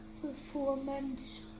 performance